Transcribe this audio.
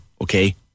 okay